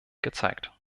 gezeigt